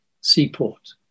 seaport